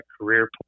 career